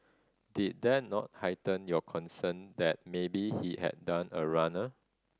did that not heighten your concern that maybe he had done a runner